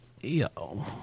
yo